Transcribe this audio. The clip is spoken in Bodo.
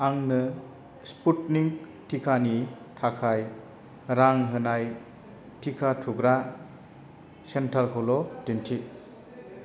आंनो स्पुटनिक टिकानि थाखाय रां होनाय टिका थुग्रा सेन्टारखौल' दिन्थि